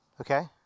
Okay